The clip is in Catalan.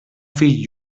fill